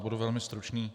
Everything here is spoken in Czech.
Já budu velmi stručný.